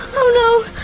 oh no!